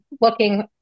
looking